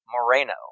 Moreno